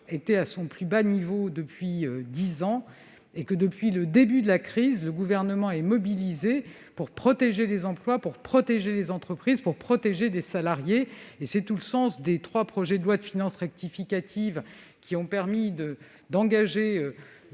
atteint son plus bas niveau depuis dix ans. Depuis le début de la crise, le Gouvernement est mobilisé pour protéger les emplois, les entreprises et les salariés. Tel est le sens des trois projets de loi de finances rectificative, qui ont permis d'engager